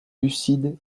lucide